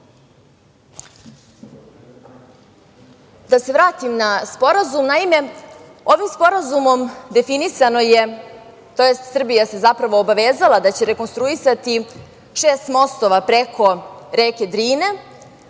se vratim na Sporazum. Naime, ovim sporazumom, definisano je, tj. Srbija se zapravo obavezala da će rekonstruisati šest mostova preko reke Drine,